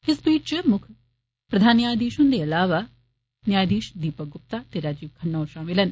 इस पीठ च मुक्ख प्रधान न्यायधीश हुंदे इलावा न्यायधीश दीपक गुप्ता ते संजीव खन्ना होर शामल न